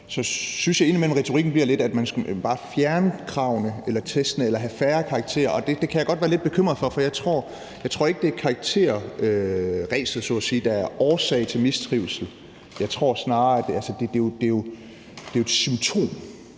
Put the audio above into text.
indimellem, at retorikken bliver lidt, at man simpelt hen bare skal fjerne kravene eller testene eller have færre karakterer. Og det kan jeg godt være lidt bekymret for, for jeg tror ikke, det er karakterræset, så at sige, der er årsag til mistrivsel. Jeg tror snarere, det er et symptom